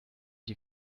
die